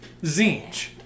Zinch